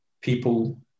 people